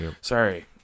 Sorry